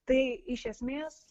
tai iš esmės